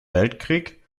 weltkrieg